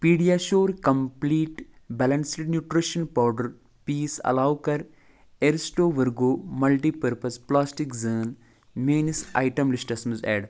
PediaSure complete balanced nutrition powder پیٖس علاوٕ کَر ایٚرِسٹو ؤرگو ملٹی پٔرپز پلاسٹِک زٲن میانِس آیٹم لِسٹَس منٛز ایٚڈ